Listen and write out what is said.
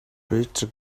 greater